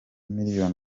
miliyoni